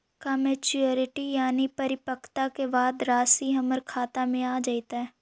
का मैच्यूरिटी यानी परिपक्वता के बाद रासि हमर खाता में आ जइतई?